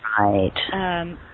Right